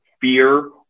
fear